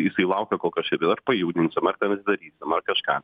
jisai laukia kol kažkaip ar pajudinsim ar tenais darysim ar kažką